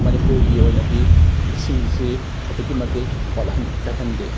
ꯃꯅꯤꯄꯨꯔꯒꯤ ꯑꯣꯏꯅꯗꯤ ꯏꯁꯤꯡꯒꯤꯁꯤ ꯑꯗꯨꯛꯀꯤ ꯃꯇꯤꯛ ꯋꯥꯠꯍꯟ ꯀꯥꯏꯍꯟꯗꯦ